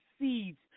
seeds